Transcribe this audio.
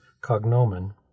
Cognomen